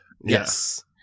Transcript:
Yes